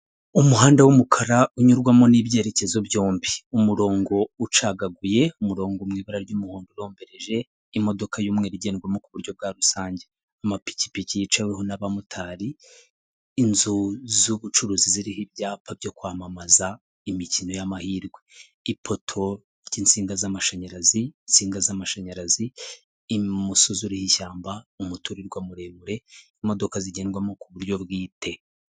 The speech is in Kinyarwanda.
Umuhanda w'umukara unyurwamo n'ibyerekezo byombi, umurongo ucagaguye umurongo mu ibara ry'umuhondo urombereje, imodoka y'umweru igendwamo ku buryo bwa rusange, amapikipiki yicaweho n'abamotari, inzu z'ubucuruzi ziriho ibyapa byo kwamamaza imikino y'amahirwe, ipoto ry'insinga z'amashanyarazi insinga z'amashanyarazi, umusozi uriho ishyamba umuturirwa muremure imodoka zigendwamo ku buryo bwite.